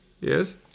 Yes